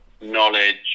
knowledge